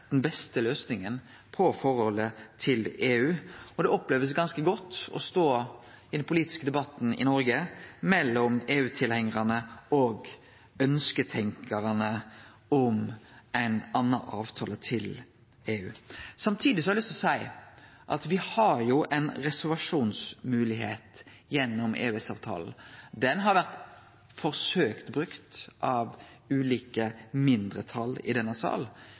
den beste løysinga på forholdet til EU, og me opplever det ganske godt å stå i den politiske debatten i Noreg mellom EU-tilhengjarane og ønskjetenkjarane om ein annan avtale med EU. Samtidig har eg lyst til å seie at me har ei reservasjonsmoglegheit gjennom EØS-avtalen. Ho har vore forsøkt brukt av ulike mindretal i denne